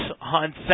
on